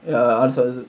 the answers